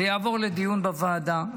זה יעבור לדיון בוועדה,